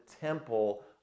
temple